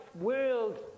world